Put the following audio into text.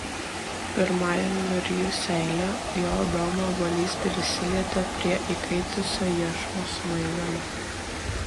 pirmajam nurijus seilę jo adomo obuolys prisilietė prie įkaitusio iešmo smaigalio